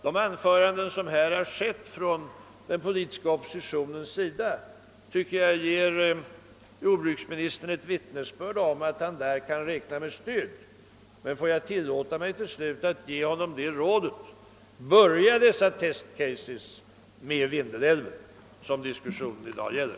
De anföranden som hål lits av representanter för den politiska oppositionen tycker jag borde ge jordbruksministern ett vittnesbörd om att han kan räkna med oppositionens stöd. Får jag då till slut tillåta mig att ge honom rådet: Börja dessa test cases med Vindelälven, som diskussionen i dag gäller!